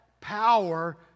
power